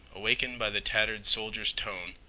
awakened by the tattered soldier's tone,